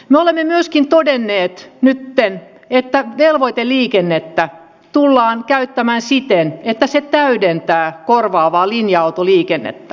me olemme myöskin todenneet nytten että velvoiteliikennettä tullaan käyttämään siten että se täydentää korvaavaa linja autoliikennettä